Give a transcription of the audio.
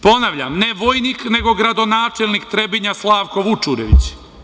Ponavljam, ne vojnik, nego gradonačelnik Trebinja, Slavko Vučurević.